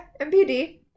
MPD